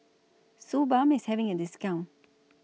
Suu Balm IS having A discount